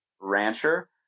Rancher